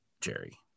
Jerry